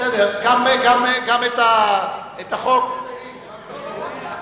בסדר, גם את החוק, לא.